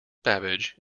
babbage